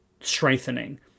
strengthening